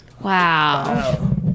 Wow